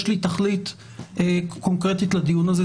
יש לי תכלית קונקרטית לדיון הזה,